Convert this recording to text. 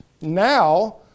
Now